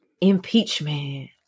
impeachment